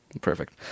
Perfect